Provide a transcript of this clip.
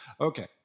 Okay